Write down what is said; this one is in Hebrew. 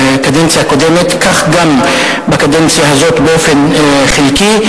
כך גם בקדנציה הזאת, באופן חלקי.